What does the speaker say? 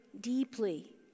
deeply